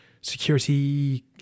security